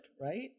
right